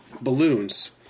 balloons